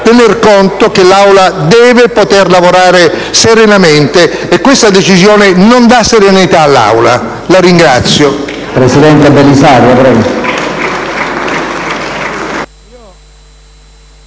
del fatto che l'Aula deve poter lavorare serenamente, e questa decisione non dà serenità all'Aula. La ringrazio.